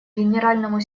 генеральному